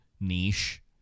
niche